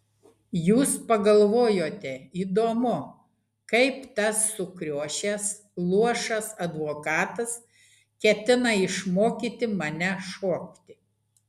jūs pagalvojote įdomu kaip tas sukriošęs luošas advokatas ketina išmokyti mane šokti